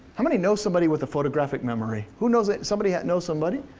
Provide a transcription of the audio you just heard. how many know somebody with a photographic memory? who knows somebody that knows somebody?